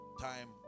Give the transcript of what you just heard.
time